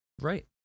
Right